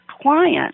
client